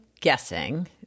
guessing